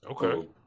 Okay